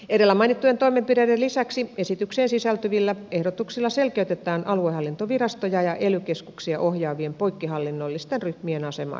edellä mainittujen toimenpiteiden lisäksi esitykseen sisältyvillä ehdotuksilla selkeytetään aluehallintovirastoja ja ely keskuksia ohjaavien poikkihallinnollisten ryhmien asemaa ja tehtäviä